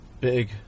Big